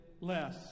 less